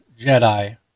Jedi